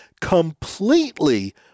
completely